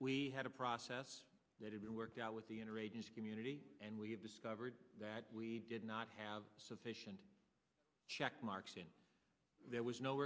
we had a process that had been worked out with the inner agency community and we have discovered that we did not have sufficient check marks in there was no